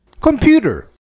Computer